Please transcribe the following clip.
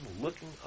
looking